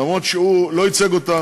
למרות שהוא לא ייצג אותם,